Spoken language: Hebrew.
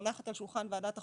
מונחת על שולחן ועדת החוקה,